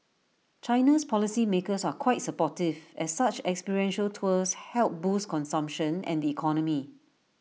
China's policy makers are quite supportive as such experiential tours help boost consumption and economy